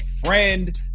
friend